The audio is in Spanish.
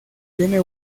tiene